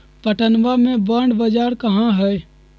पटनवा में बॉण्ड बाजार कहाँ हई?